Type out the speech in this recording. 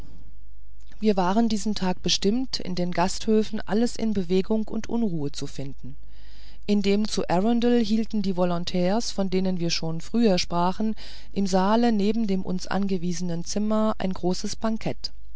wir waren diesen tag bestimmt in den gasthöfen alles in bewegung und unruhe zu finden in dem zu arundel hielten die volontärs von denen wir schon früher sprachen im saale neben dem uns angewiesenen zimmer ein großes bankett